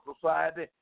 society